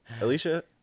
Alicia